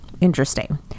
interesting